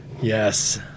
Yes